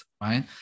right